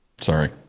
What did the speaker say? Sorry